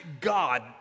God